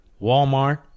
Walmart